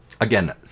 Again